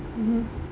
mmhmm